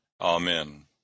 Amen